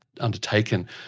undertaken